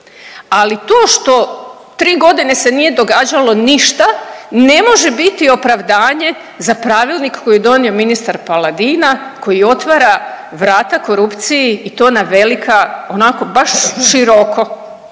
ali to što tri godine se nije događalo ništa ne može biti opravdanje za pravilnik koji je donio ministar Paladina koji otvara vrata korupciji i to na velika onako baš široko,